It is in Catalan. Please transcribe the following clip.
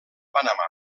panamà